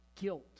guilt